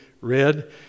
read